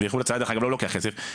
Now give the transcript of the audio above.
ואיחוד הצלה אגב לא לוקח כסף,